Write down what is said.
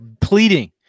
pleading